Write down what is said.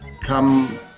come